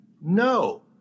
No